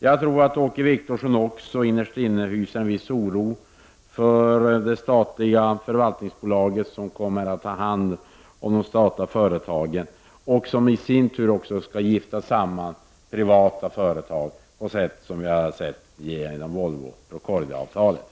Jag tror att Åke Wictorsson innerst inne också hyser en viss oro för det statliga förvaltningsbolag som kommer att ta hand om de statliga företagen och i sin tur skall gifta samman privata företag på samma sätt som i fråga om Volvo-Procordia-avtalet.